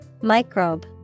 Microbe